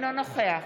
אינו נוכח